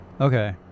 Okay